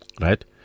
right